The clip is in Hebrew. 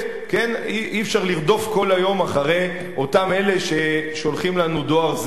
אי-אפשר לרדוף כל היום אחרי אותם אלה ששולחים לנו דואר זבל.